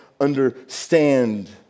understand